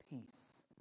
peace